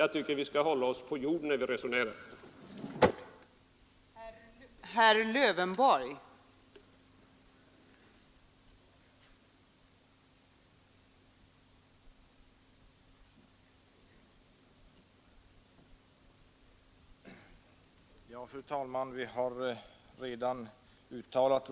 Jag tycker att vi skall hålla oss på jorden när vi debatterar här i kammaren.